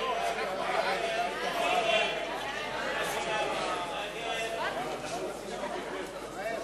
ההצעה להסיר מסדר-היום את הצעת חוק הביטוח הלאומי (תיקון,